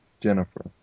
Jennifer